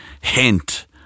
hint